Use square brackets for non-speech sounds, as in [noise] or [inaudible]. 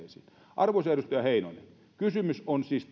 arvoisa edustaja heinonen kysymys on siis [unintelligible]